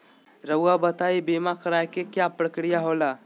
रहुआ बताइं बीमा कराए के क्या प्रक्रिया होला?